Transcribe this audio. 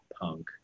punk